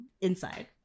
inside